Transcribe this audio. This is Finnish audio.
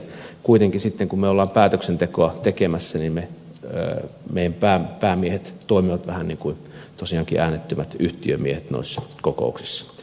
kuitenkin sitten kun me olemme päätöstä tekemässä meidän päämiehemme toimivat tosiaankin vähän niin kuin äänettömät yhtiömiehet noissa kokouksissa